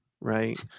right